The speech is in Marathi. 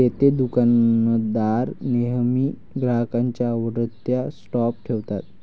देतेदुकानदार नेहमी ग्राहकांच्या आवडत्या स्टॉप ठेवतात